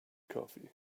coffee